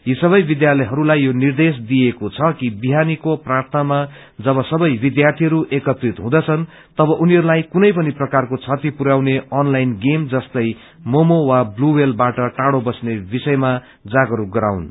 यी सवै विद्यालयहरूलाई यो निर्देश दिइएको छ कि विहानीको प्रार्थनामा जब सबै विदार्थीहरू एकत्रित हुँदछन् तब उनीहरूलाई कुनै पनि प्रकारको क्षति पुर्याउने अनलाइन गेम जस्तै मोमो वा ब्लू क्लेलबाट टाइो बस्ने विषयमा जागस्क गराउन्